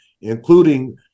including